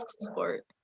sport